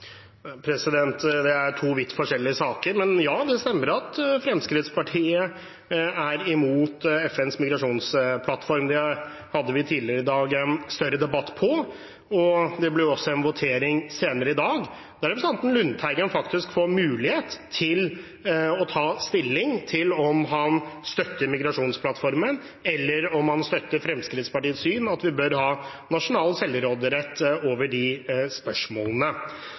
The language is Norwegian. vidt forskjellige saker – men ja, det stemmer at Fremskrittspartiet er imot FNs migrasjonsplattform. Det hadde vi tidligere i dag en større debatt om, og det blir jo også en votering senere i dag der representanten Lundteigen faktisk får mulighet til å ta stilling til om han støtter migrasjonsplattformen, eller om han støtter Fremskrittspartiets syn – at vi bør ha nasjonal selvråderett over de spørsmålene.